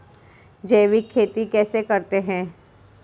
जैविक खेती कैसे करते हैं?